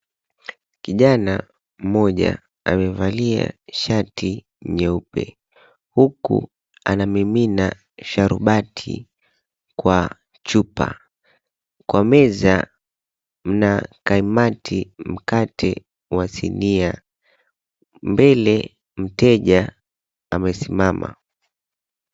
Kijana mmoja amevalia shati nyeupe, huku anamimina sharubati kwa chupa. Kwa meza, mna kaimati, mkate wa sinia. Mbele mteja amesimama.